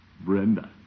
Brenda